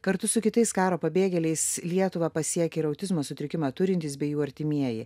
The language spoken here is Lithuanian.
kartu su kitais karo pabėgėliais lietuvą pasiekė ir autizmo sutrikimą turintys bei jų artimieji